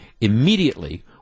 immediately